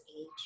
age